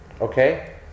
Okay